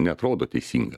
neatrodo teisinga